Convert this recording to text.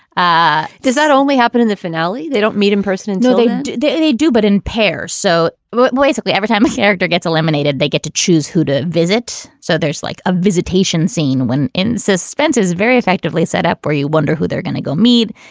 ah does that only happen in the finale? they don't meet in person and do they? they they do, but in pairs. so basically every time a character gets eliminated, they get to choose who to visit. so there's like a visitation scene when in suspense is very effectively set up where you wonder who they're gonna go meet.